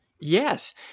Yes